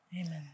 Amen